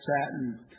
satin